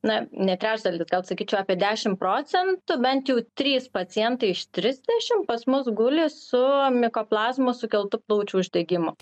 na ne trečdalis gal sakyčiau apie dešimt procentų bent jau trys pacientai iš trisdešimt pas mus guli su mikoplazmų sukeltu plaučių uždegimu